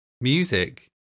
Music